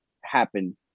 happen